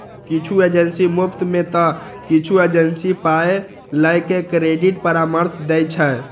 किछु एजेंसी मुफ्त मे तं किछु एजेंसी पाइ लए के क्रेडिट परामर्श दै छै